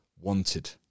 wanted